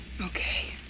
Okay